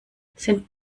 sind